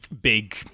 big